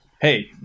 hey